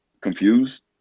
confused